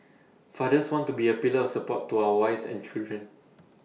fathers want to be A pillar support to our wives and children